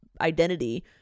identity